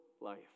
life